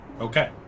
Okay